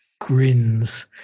grins